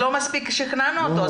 אז לא שכנענו אותו מספיק.